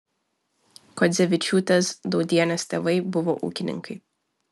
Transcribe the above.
kuodzevičiūtės daudienės tėvai buvo ūkininkai